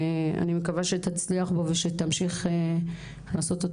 אני מקווה שתצליח בו ושתמשיך לעשות את